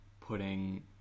putting